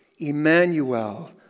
Emmanuel